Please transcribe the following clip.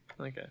Okay